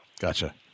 Gotcha